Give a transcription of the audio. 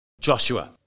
Joshua